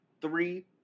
three